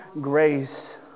grace